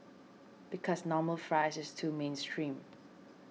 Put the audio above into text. because normal fries is too mainstream